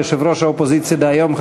יושב-ראש האופוזיציה דהיום,